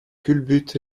culbute